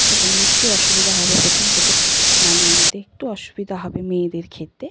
সেখানে একটু অসুবিধা হবে প্রথম প্রথম মানিয়ে নিতে একটু অসুবিধা হবে মেয়েদের ক্ষেত্রে